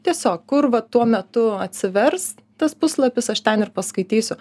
tiesiog kur va tuo metu atsivers tas puslapis aš ten ir paskaitysiu